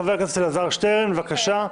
חבר הכנסת אלעזר שטרן, בבקשה.